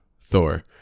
Thor